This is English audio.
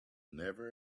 never